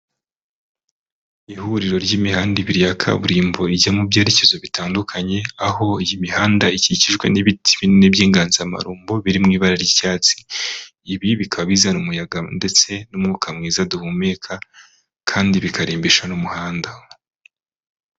Ihuriro ry'imihanda ibiri ya kaburimbo ijya mu byerekezo bitandukanye, aho iyi mihanda ikikijwe n'ibiti binini by'inganzamarumbo biri mu ibara ry'icyatsi, ibi bikaba bizana umuyaga ndetse n'umwuka mwiza duhumeka, kandi bikarimbisha n'umuhanda.